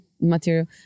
material